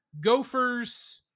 gopher's